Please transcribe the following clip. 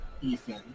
Ethan